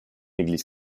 église